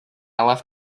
left